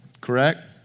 Correct